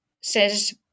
says